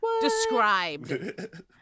described